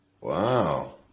wow